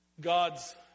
Gods